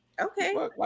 okay